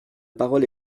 parole